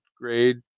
grade